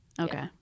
okay